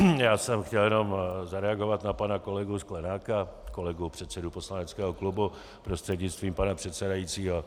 Já jsem chtěl jenom zareagovat na pana kolegu Sklenáka, kolegu předsedu poslaneckého klubu, prostřednictvím pana předsedajícího.